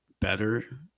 better